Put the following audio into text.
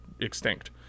extinct